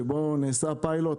שבו נעשה פיילוט,